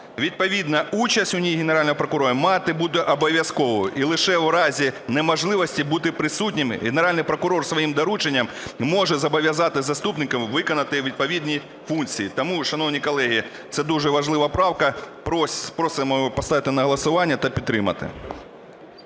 відповідно участь у ній Генерального прокурора має бути обов'язково. І лише у разі неможливості бути присутнім, Генеральний прокурор своїм дорученням може зобов'язати заступників виконати відповідні функції. Тому, шановні колеги, це дуже важлива правка. Просимо її поставити на голосування та підтримати.